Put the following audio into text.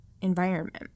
environment